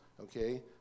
okay